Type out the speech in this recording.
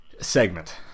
Segment